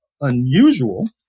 unusual